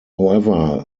however